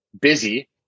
busy